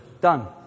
done